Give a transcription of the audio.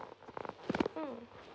mm